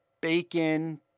Bacon